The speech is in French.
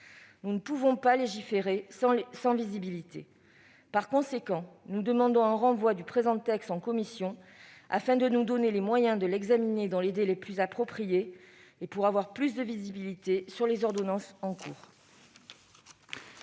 Nous ne pouvons pas légiférer sans visibilité. Par conséquent, nous demandons un renvoi du présent texte en commission afin de nous donner les moyens de l'examiner dans des délais plus appropriés et de disposer de davantage de visibilité quant aux ordonnances.